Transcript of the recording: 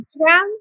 Instagram